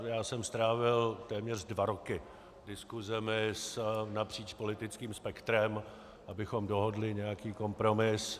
Já jsem strávil téměř dva roky diskusemi napříč politickým spektrem, abychom dohodli nějaký kompromis.